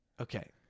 okay